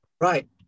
Right